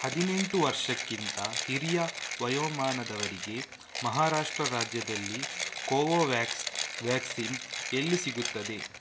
ಹದಿನೆಂಟು ವರ್ಷಕ್ಕಿಂತ ಹಿರಿಯ ವಯೋಮಾನದವರಿಗೆ ಮಹಾರಾಷ್ಟ್ರ ರಾಜ್ಯದಲ್ಲಿ ಕೋವೋವ್ಯಾಕ್ಸ್ ವ್ಯಾಕ್ಸಿನ್ ಎಲ್ಲಿ ಸಿಗುತ್ತೆ